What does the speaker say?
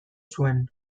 zuen